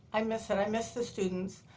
i miss it. i miss the students.